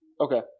okay